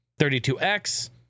32X